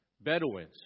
Bedouins